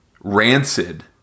rancid